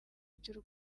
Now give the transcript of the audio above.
by’u